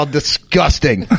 disgusting